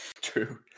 True